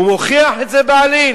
הוא מוכיח את זה בעליל,